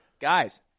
Guys